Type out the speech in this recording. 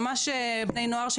ממש בני נוער,